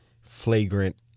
flagrant